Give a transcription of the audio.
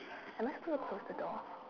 am I supposed to close the door